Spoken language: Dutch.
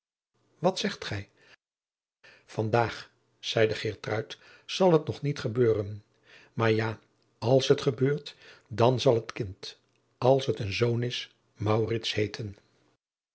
wat zegt gij van daag zeide geertruid zal het nog niet gebeuren maar ja als het gebeurt dan zal het kind als het een zoon is maurits heeten